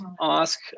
ask